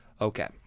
Okay